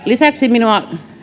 lisäksi minua